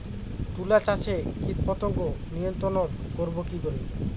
তুলা চাষে কীটপতঙ্গ নিয়ন্ত্রণর করব কি করে?